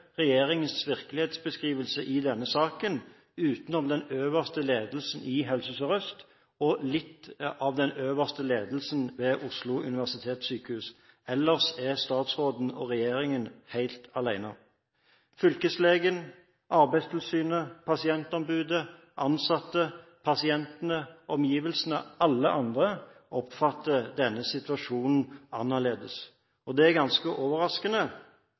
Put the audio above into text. regjeringens virkelighetsbeskrivelse i denne saken, utenom den øverste ledelsen i Helse Sør-Øst og litt av den øverste ledelsen ved Oslo universitetssykehus. Ellers er statsråden og regjeringen helt alene. Fylkeslegen, Arbeidstilsynet, pasientombudet, ansatte, pasientene og omgivelsene – alle andre oppfatter denne situasjonen annerledes. Det er ganske overraskende